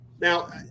Now